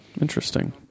Interesting